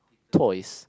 toys